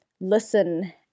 listen